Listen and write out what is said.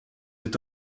est